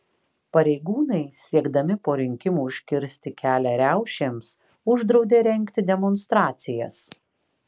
pareigūnai siekdami po rinkimų užkirsti kelią riaušėms uždraudė rengti demonstracijas